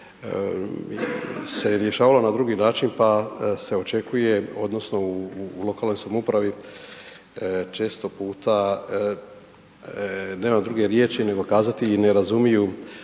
se je rješavalo na drugi način pa se očekuje, odnosno u lokalnoj samoupravi često puta nemam druge riječi nego kazati ne razumiju